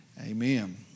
Amen